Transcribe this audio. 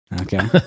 Okay